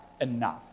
enough